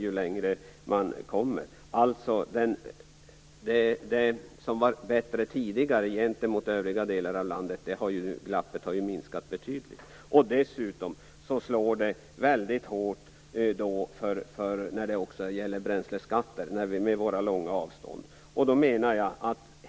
Glappet mellan det som tidigare var bättre gentemot övriga delar av landet har alltså minskat betydligt. Bränsleskatterna slår väldigt hårt mot oss i Norbotten med våra långa avstånd.